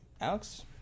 alex